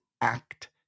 act